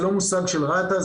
זה לא מושג של רת"א (רשות תעופה אזרחית),